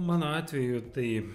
mano atveju tai